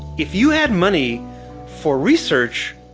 if you had money for research,